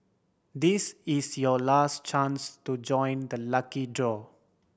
this is your last chance to join the lucky draw